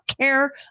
care